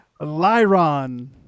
Lyron